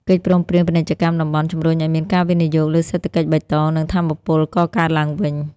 កិច្ចព្រមព្រៀងពាណិជ្ជកម្មតំបន់ជំរុញឱ្យមានការវិនិយោគលើសេដ្ឋកិច្ចបៃតង និងថាមពលកកើតឡើងវិញ។